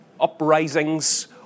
uprisings